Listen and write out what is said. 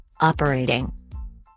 Operating